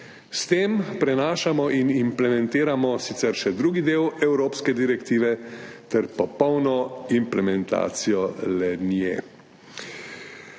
S tem prenašamo in implementiramo sicer še drugi del evropske direktive ter popolno implementacijo le-te.